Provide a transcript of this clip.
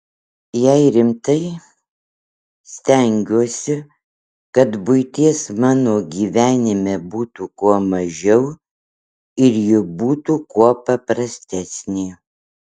jei rimtai stengiuosi kad buities mano gyvenime būtų kuo mažiau ir ji būtų kuo paprastesnė